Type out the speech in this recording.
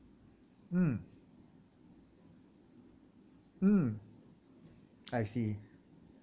mm mm I see